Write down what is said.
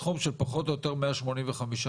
סכום של פחות או יותר מאה שמונים וחמישה